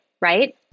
right